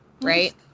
right